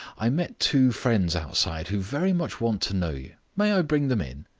i met two friends outside who very much want to know you. may i bring them in?